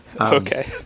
Okay